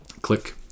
Click